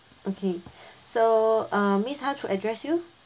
okay so uh miss how to address you